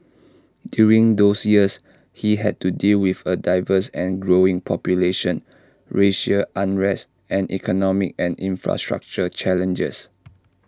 during those years he had to deal with A diverse and growing population racial unrest and economic and infrastructural challenges